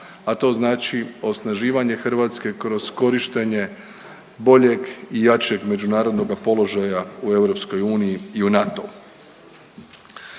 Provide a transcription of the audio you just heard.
a to znači osnaživanje Hrvatske kroz korištenje boljeg i jačeg međunarodnoga položaja u EU i u NATO-u.